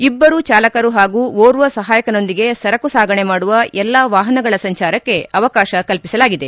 ಇಬ್ಬರು ಚಾಲಕರು ಹಾಗೂ ಓರ್ವ ಸಹಾಯಕನೊಂದಿಗೆ ಸರಕು ಸಾಗಾಣೆ ಮಾಡುವ ಎಲ್ಲಾ ವಾಹನಗಳ ಸಂಚಾರಕ್ಕೆ ಅವಕಾಶಕಲ್ಪಿಸಲಾಗಿದೆ